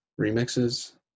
remixes